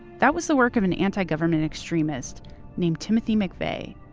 that was the work of an anti-government extremist named timothy mcveigh,